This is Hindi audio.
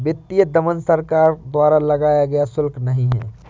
वित्तीय दमन सरकार द्वारा लगाया गया शुल्क नहीं है